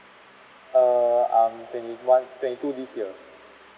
err I'm twenty one twenty two this year